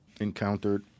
encountered